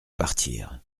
partirent